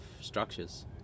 structures